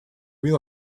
real